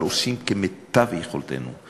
אבל עושים כמיטב יכולתנו.